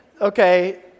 Okay